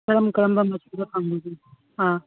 ꯀꯔꯝ ꯀꯔꯝ ꯃꯆꯨꯗ ꯐꯪꯕꯤꯒꯅꯤ